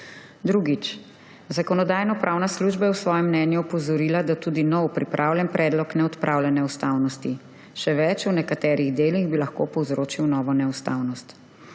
Drugič. Zakonodajno-pravna služba je v svojem mnenju opozorila, da tudi nov, pripravljen predlog ne odpravlja neustavnosti. Še več, v nekaterih delih bi lahko povzročil novo neustavnost.